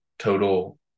total